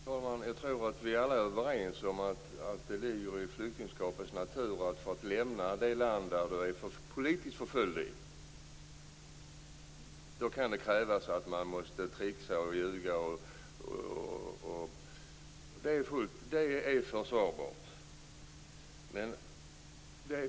Fru talman! Jag tror att vi alla är överens om att det ligger i flyktingskapets natur att det för att lämna det land som man är politiskt förföljd i kan krävas att man måste tricksa och ljuga, och det är fullt försvarbart.